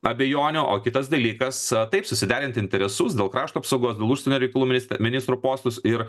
abejonių o kitas dalykas taip susiderinti interesus dėl krašto apsaugos dėl užsienio reikalų ministe ministrų postus ir